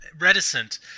reticent